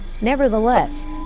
Nevertheless